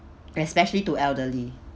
especially to elderly